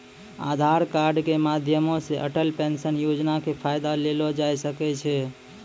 आधार कार्ड के माध्यमो से अटल पेंशन योजना के फायदा लेलो जाय सकै छै